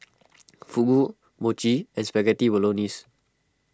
Fugu Mochi and Spaghetti Bolognese